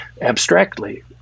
abstractly